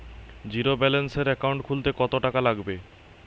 জিরোব্যেলেন্সের একাউন্ট খুলতে কত টাকা লাগবে?